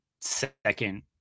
second